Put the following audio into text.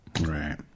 Right